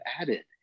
added